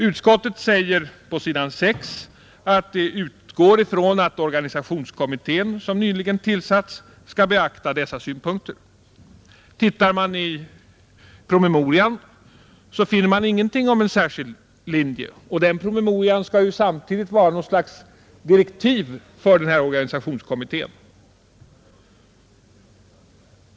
Utskottet säger på s. 6 att det utgår ifrån att organisationskommittén som nyligen tillsatts skall beakta dessa synpunkter. Tittar man i promemorian finner man ingenting om en särskild linje, och promemorian skall ju vara något slags direktiv för den här organisationskommittén.